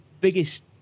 biggest